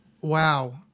Wow